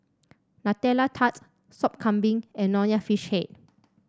Nutella Tart Sop Kambing and Nonya Fish Head